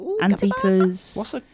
anteaters